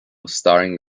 starring